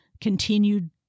continued